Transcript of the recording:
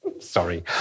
Sorry